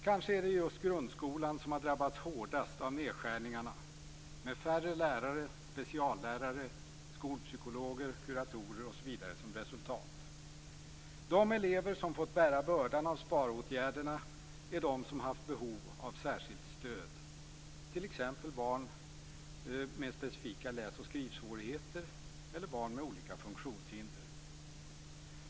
Kanske är det just grundskolan som drabbats hårdast av nedskärningarna med färre lärare, speciallärare, skolpsykologer, kuratorer osv. som resultat. De elever som fått bära bördan av sparåtgärderna är de som haft behov av särskilt stöd, t.ex. barn med specifika läs och skrivsvårigheter eller barn med olika funktionshinder.